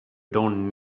don’t